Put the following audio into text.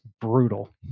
brutal